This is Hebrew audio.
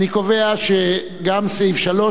אני קובע שגם סעיף 3,